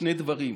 שני דברים: